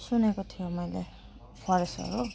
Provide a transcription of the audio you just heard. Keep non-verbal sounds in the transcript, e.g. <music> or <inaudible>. सुनेको थियो मैले <unintelligible>